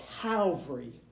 Calvary